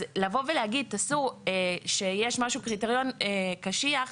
אז לבוא ולהגיד תעשו שיש משהו קריטריון קשיח,